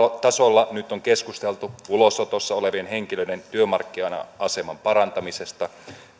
tasolla nyt on keskusteltu ulosotossa olevien henkilöiden työmarkkina aseman parantamisesta